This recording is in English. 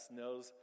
knows